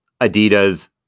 Adidas